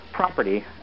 property